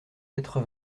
quatre